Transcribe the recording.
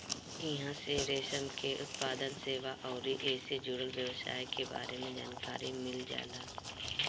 इहां से रेशम के उत्पादन, सेवा अउरी एसे जुड़ल व्यवसाय के बारे में जानकारी मिल जाला